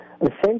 Essentially